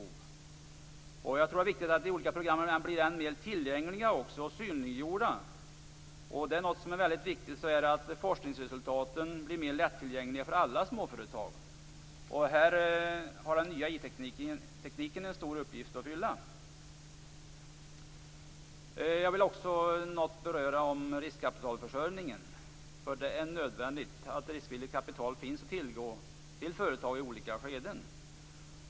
Jag tror att det är viktigt att de olika programmen blir än mer tillgängliga och synliggjorda, att forskningsresultaten blir än mer lättillgängliga för alla småföretag. I det sammanhanget har den nya informationstekniken en viktig uppgift att fylla. Jag vill också något beröra riskkapitalförsörjningen. Det är nödvändigt att riskvilligt kapital finns att tillgå för företag i olika skeden.